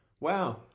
wow